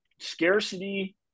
scarcity